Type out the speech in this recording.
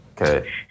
Okay